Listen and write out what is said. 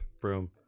Broom